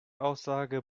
aussage